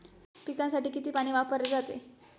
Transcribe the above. पिकांसाठी किती पाणी वापरले जाते?